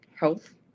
Health